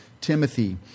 Timothy